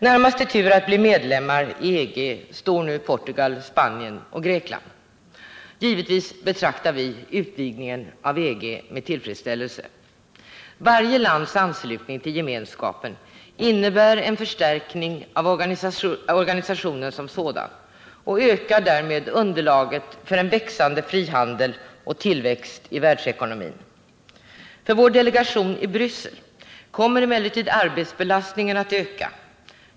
Närmast i tur att bli medlemmar i EG står nu Portugal, Spanien och Grekland. Givetvis betraktar vi utvidgningen av EG med tillfredsställelse. Varje lands anslutning till gemenskapen innebär en förstärkning av organisationen som sådan och ökar därmed underlaget för en växande frihandel och tillväxt i världsekonomin. För vår delegation i Bryssel kommer emellertid arbetsbelastningen att öka.